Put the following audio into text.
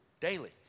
daily